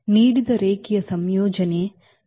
ನೀಡಿದ ರೇಖೀಯ ಸಂಯೋಜನೆಯಾಗಿದೆ